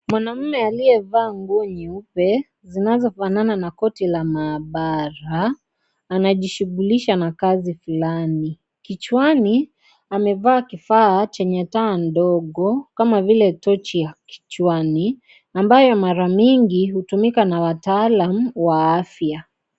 Mwanaume aliyevaa nguo nyeupe zinazofanana na koti la maabara anajishughulisha na kazi fulani . Kichwani amevaa kifaa chenye taa ndogo kama vile tochi ya kichwani ambayo mara mingi hutumika na wataalam wa afya.